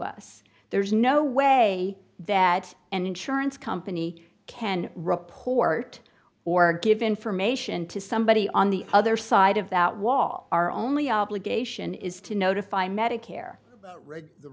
us there's no way that an insurance company can report or give information to somebody on the other side of that wall are only obligation is to notify medicare